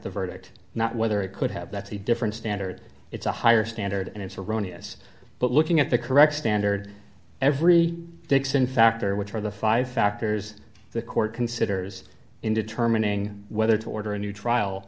the verdict not whether it could have that's a different standard it's a higher standard and it's erroneous but looking at the correct standard every dixon factor which are the five factors the court considers in determining whether to order a new trial